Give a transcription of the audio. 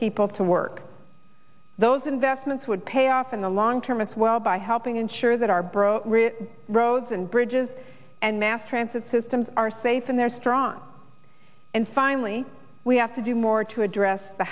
people to work those investments would pay off in the long term as well by helping ensure that our bro roads and bridges and mass transit systems are safe and they're strong and finally we have to do more to address the